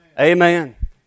Amen